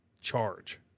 charge